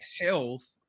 health